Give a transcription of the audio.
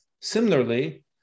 Similarly